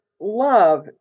love